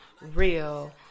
real